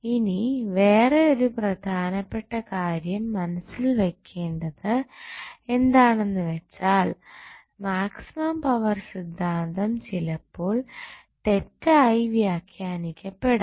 ഇനി വേറെ ഒരു പ്രധാനപ്പെട്ട കാര്യം മനസ്സിൽ വെക്കേണ്ടത് എന്താണെന്നു വെച്ചാൽ മാക്സിമം പവർ സിദ്ധാന്തം ചിലപ്പോൾ തെറ്റായി വ്യാഖ്യാനിക്കപ്പെടാം